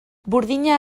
burdina